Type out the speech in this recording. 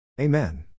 Amen